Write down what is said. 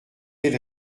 elle